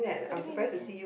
what do you mean weekend